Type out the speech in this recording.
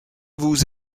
vous